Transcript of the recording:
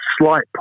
slight